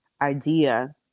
idea